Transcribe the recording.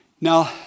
Now